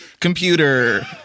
computer